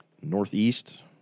northeast